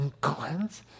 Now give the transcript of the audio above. cleanse